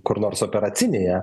kur nors operacinėje